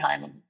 time